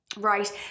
right